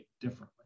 differently